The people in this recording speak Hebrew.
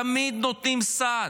תמיד נותנים סעד.